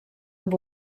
amb